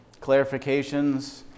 Clarifications